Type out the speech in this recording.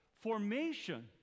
formation